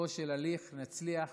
בסופו של התהליך, נצליח